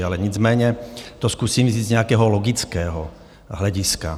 Ale nicméně to zkusím říct z nějakého logického hlediska.